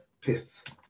pith